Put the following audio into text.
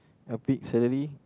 a bit salary